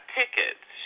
tickets